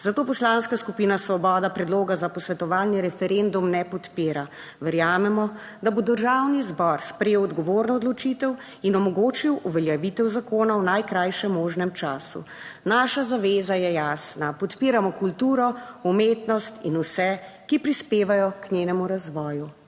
zato Poslanska skupina Svoboda predloga za posvetovalni referendum ne podpira. Verjamemo, da bo Državni zbor sprejel odgovorno odločitev in omogočil uveljavitev zakona v najkrajšem možnem času. Naša zaveza je jasna, podpiramo kulturo, umetnost in vse, ki prispevajo k njenemu razvoju.